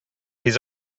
his